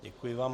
Děkuji vám.